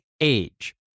age